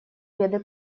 беды